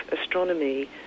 astronomy